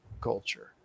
culture